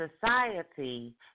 society